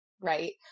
right